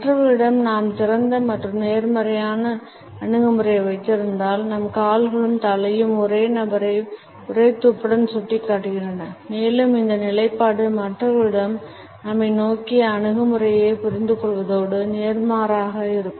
மற்றவர்களிடம் நாம் திறந்த மற்றும் நேர்மறையான அணுகுமுறையை வைத்திருந்தால் நம் கால்களும் தலையும் ஒரே நபரை ஒரே துப்புடன் சுட்டிக்காட்டுகின்றன மேலும் இந்த நிலைப்பாடு மற்றவர்களிடம் நம்மை நோக்கிய அணுகுமுறையைப் புரிந்துகொள்வதோடு நேர்மாறாகவும் இருக்கும்